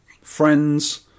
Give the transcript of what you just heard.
friends